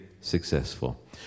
successful